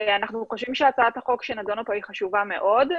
אנחנו חושבים שהצעת החוק שנדונה כאן היא חשובה מאוד.